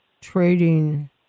trading